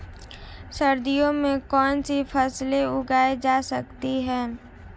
सर्दियों में कौनसी फसलें उगाई जा सकती हैं?